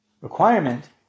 requirement